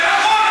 זה נכון,